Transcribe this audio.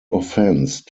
offence